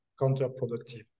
counterproductive